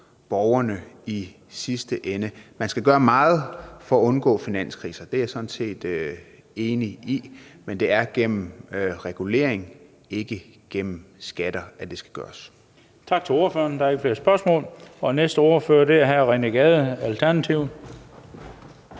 borgerne i sidste ende. Man skal gøre meget for at undgå finanskriser, det er jeg sådan set enig i, men det er gennem regulering, ikke gennem skatter, at det skal gøres. Kl. 19:09 Den fg. formand (Bent Bøgsted): Tak til ordføreren. Der er ikke flere spørgsmål. Næste ordfører er hr. René Gade, Alternativet.